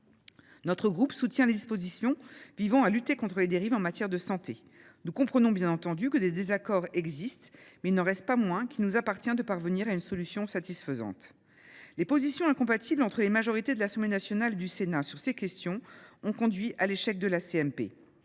Territoires soutient les dispositions visant à lutter contre les dérives en matière de santé. Nous comprenons, bien entendu, que des désaccords existent, mais il n’en reste pas moins qu’il nous appartient de parvenir à une solution satisfaisante. Les positions de la majorité de l’Assemblée nationale et de celle du Sénat sur ces questions sont incompatibles, ce qui